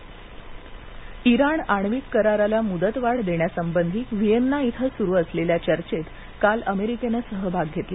आण्विक करार इराण आण्विक कराराला मुदतवाढ देण्यासंबंधी व्हीएन्ना इथं सुरू असलेल्या चर्चेत काल अमेरिकेनं सहभाग घेतला